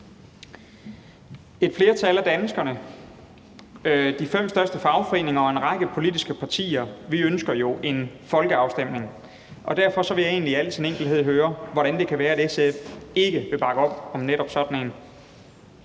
Et flertal af danskerne, de fem største fagforeninger og en række politiske partier ønsker jo en folkeafstemning om store bededag, derfor vil jeg så i al enkelhed høre, hvordan det kan være, at SF ikke vil bakke op om netop sådan en